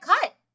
cut